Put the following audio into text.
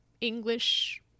English